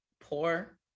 poor